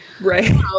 right